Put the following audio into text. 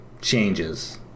changes